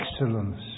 excellence